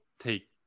take